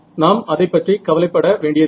நாம் அதைப்பற்றி கவலைப்பட வேண்டியதில்லை